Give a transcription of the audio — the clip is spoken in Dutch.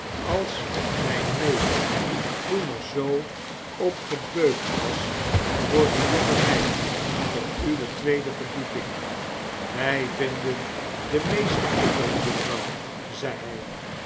als mijn neus toen er zoo op gebeukt was door de jonge meid op uwe tweede verdieping wij vinden de meeste kinderen juffrouw zei hij